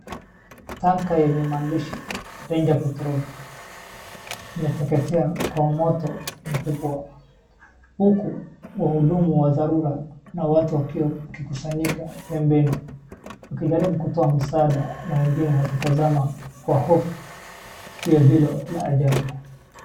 Tanka yenye maandishi Danger petrol imeteketea kwa moto mkubwa huku wahudumu wa dharura na watu wakikusanyika pembeni, wakijaribu kutoa msaada na wengine wakitazama kwa hofu tukio hilo la ajali.